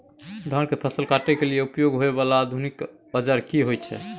धान के फसल काटय के लिए उपयोग होय वाला आधुनिक औजार की होय छै?